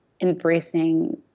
embracing